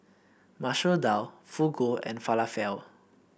Masoor Dal Fugu and Falafel